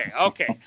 okay